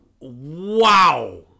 Wow